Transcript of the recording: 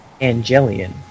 Angelian